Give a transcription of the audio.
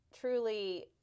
truly